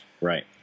Right